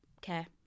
care